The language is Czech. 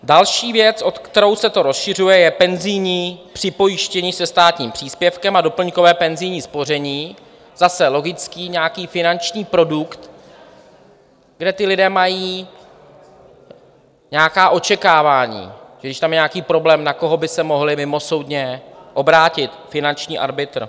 Další věc, o kterou se to rozšiřuje, je penzijní připojištění se státním příspěvkem a doplňkové penzijní spoření, zase logický nějaký finanční produkt, kde lidé mají nějaká očekávání, že když tam je nějaký problém, na koho by se mohli mimosoudně obrátit finanční arbitr.